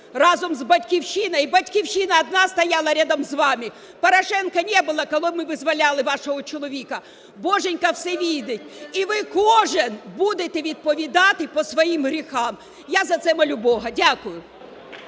разом з "Батьківщиною". І "Батьківщина" одна стояла рядом з вами. Порошенка не было, коли ми визволяли вашого чоловіка. Боженька все видит. І ви кожен будете відповідати по своїм гріхам. Я за це молю Бога. Дякую.